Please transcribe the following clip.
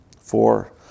Four